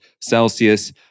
Celsius